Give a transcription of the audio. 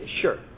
sure